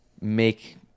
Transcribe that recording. make